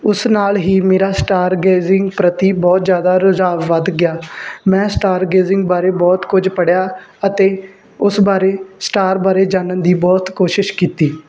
ਉਸ ਨਾਲ ਹੀ ਮੇਰਾ ਸਟਾਰਗੇਜਿੰਗ ਪ੍ਰਤੀ ਬਹੁਤ ਜ਼ਿਆਦਾ ਰੁਝਾਉ ਵੱਧ ਗਿਆ ਮੈਂ ਸਟਾਰਗੇਜਿੰਗ ਬਾਰੇ ਬਹੁਤ ਕੁਝ ਪੜ੍ਹਿਆ ਅਤੇ ਉਸ ਬਾਰੇ ਸਟਾਰ ਬਾਰੇ ਜਾਣਨ ਦੀ ਬਹੁਤ ਕੋਸ਼ਿਸ਼ ਕੀਤੀ